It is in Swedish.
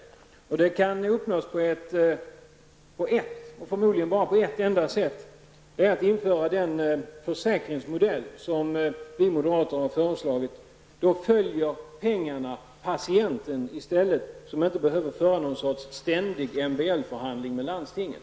En sådan ordning kan uppnås på ett, och förmodligen bara på ett enda, sätt. Det är att införa den försäkringsmodell som vi moderater har föreslagit. Då följer pengarna i stället patienten, som inte behöver föra något slags ständig MBL-förhandling med landstinget.